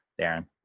Darren